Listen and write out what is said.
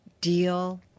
deal